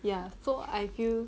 ya so I feel